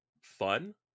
fun